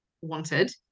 wanted